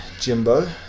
Jimbo